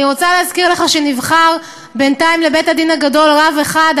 אני רוצה להזכיר לך שנבחר בינתיים לבית-הדין הגדול רב אחד,